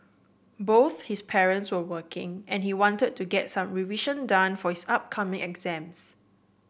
both his parents were working and he wanted to get some revision done for his upcoming exams